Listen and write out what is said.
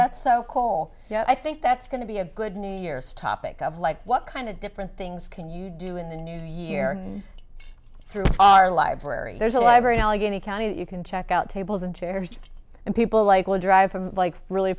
that so whole yeah i think that's going to be a good new year's topic of like what kind of different things can you do in the new year through our library there's a library allegheny county that you can check out tables and chairs and people like will drive from like really